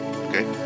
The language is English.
okay